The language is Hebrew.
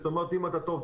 זאת אומרת אם אתה טוב,